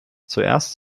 zuerst